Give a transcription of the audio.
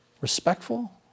Respectful